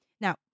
Now